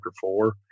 four